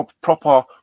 proper